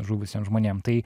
žuvusiem žmonėm tai